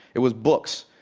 it was books.